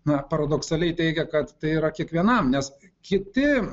na paradoksaliai teigia kad tai yra kiekvienam nes kiti